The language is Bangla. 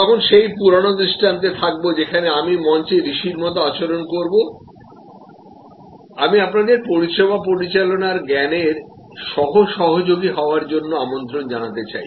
আমরা তখন সেই পুরানো দৃষ্টান্তে থাকব যেখানে আমি মঞ্চে ঋষির মতো আচরণ করব আমি আপনাদের পরিষেবা পরিচালনার জ্ঞানের সহ সহযোগী হওয়ার জন্য আমন্ত্রণ জানাতে চাই